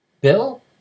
Bill